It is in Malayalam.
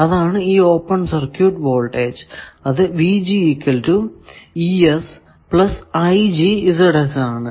അതാണ് ഓപ്പൺ സർക്യൂട് വോൾടേജ് അത് ആണ്